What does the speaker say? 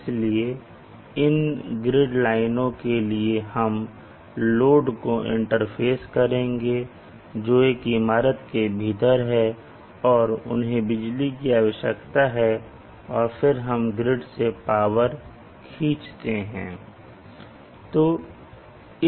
इसलिए इन ग्रिड लाइनों के लिए हम लोड को इंटरफेस करेंगे जो एक इमारत के भीतर हैं और उन्हें बिजली की आवश्यकता है और फिर हम ग्रिड से पावर खींचते हैं